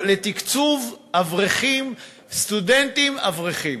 לתקצוב סטודנטים אברכים.